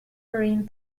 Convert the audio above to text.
marine